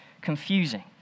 confusing